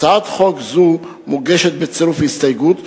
הצעת חוק זו מוגשת בצירוף הסתייגות,